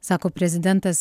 sako prezidentas